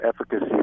efficacy